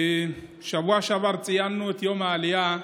בשבוע שעבר ציינו את יום העלייה,